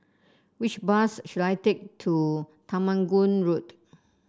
which bus should I take to Temenggong Road